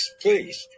please